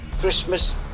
Christmas